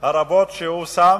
הרבות שהוא שם,